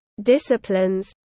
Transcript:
Disciplines